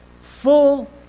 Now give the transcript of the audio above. full